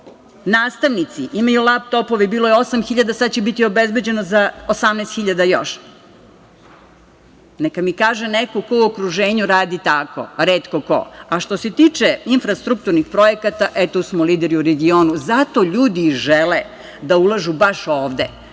Nastavnici imaju laptopove. Bilo je 8.000, sad će biti obezbeđeno za još 18.000. Neka mi kaže neko ko u okruženju radi tako? Retko ko. Što se tiče infrastrukturnih projekata, e tu smo lideri u regionu. Zato ljudi i žele da ulažu baš ovde,